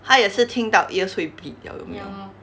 他也是听到 ears 会 bleed 了有没有